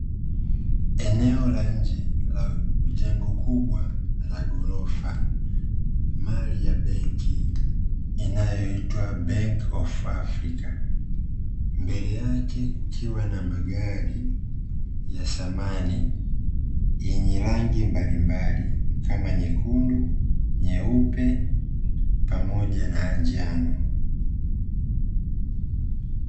Eneo la nje la jengo kubwa la ghorofa mali ya benki inayoitwa "Bank of Africa", mbele kukiwa na magari ya thamani yenye rangi mbalimbali kama; nyekundu, nyeupe pamoja na njano.